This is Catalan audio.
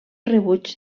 rebuig